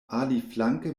aliflanke